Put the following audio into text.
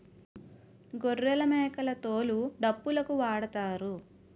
గొర్రెలమేకల తోలు డప్పులుకు వాడుతారు